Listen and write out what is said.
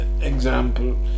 example